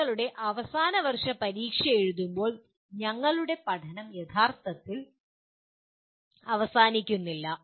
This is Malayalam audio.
നിങ്ങളുടെ അവസാന വർഷ പരീക്ഷ എഴുതുമ്പോൾ നിങ്ങളുടെ പഠനം യഥാർത്ഥത്തിൽ അവസാനിക്കുന്നില്ല